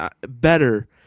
better